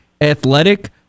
athletic